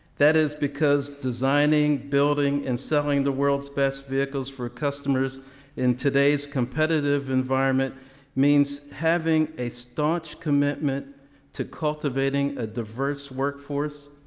that is because designing, building and selling the world's best vehicles for customers in today's competitive environment mean means having a staunch commitment to cultivating a diverse workforce,